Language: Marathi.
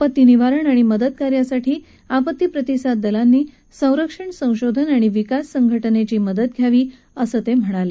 आपत्ती निवारण आणि मदतकार्यासाठी आपत्ती प्रतिसाद दलानं संरक्षण संशोधन आणि विकास संघटनेची मदत घ्यावी असं ते म्हणाले